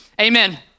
Amen